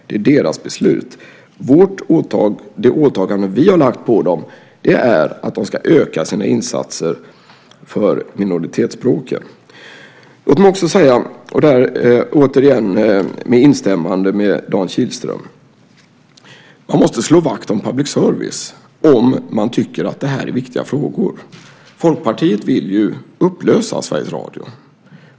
Det är deras beslut. Det åtagande vi har lagt på Sveriges Radio är att de ska öka sina insatser för minoritetsspråken. Låt mig åter säga, och det är återigen med instämmande med Dan Kihlström, att man måste slå vakt om public service om man tycker att det är viktiga frågor. Folkpartiet vill upplösa Sveriges Radio.